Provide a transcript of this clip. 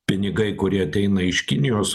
pinigai kurie ateina iš kinijos